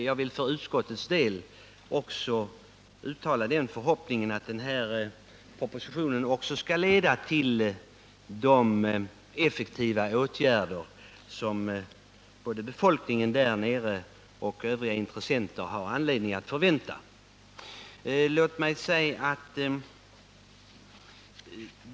Jag vill för utskottets del uttrycka förhoppningen att propositionen också skall leda till de effektiva åtgärder som både befolkningen i området och övriga intressenter har anledning att förvänta sig.